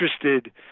interested